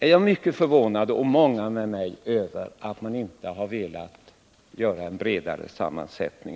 är jag och många med mig mycket förvånade över att man inte har velat ge denna grupp en bredare sammansättning.